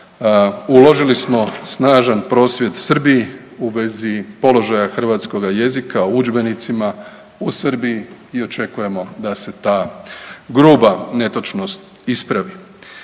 Uložili smo snažan prosvjed Srbiji u vezi položaja hrvatskoga jezika u udžbenicima u Srbiji i očekujemo da se ta gruba netočnost ispravi.